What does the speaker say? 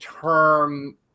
term